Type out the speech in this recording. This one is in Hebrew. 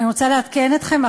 אני רוצה לעדכן אתכם,